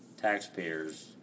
taxpayers